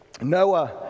Noah